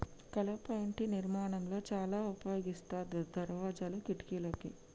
కలప ఇంటి నిర్మాణం లో చాల ఉపయోగిస్తారు దర్వాజాలు, కిటికలకి